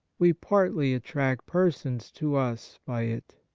we partly attract persons to us by it.